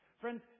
Friends